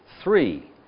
Three